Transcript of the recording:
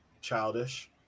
Childish